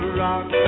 rock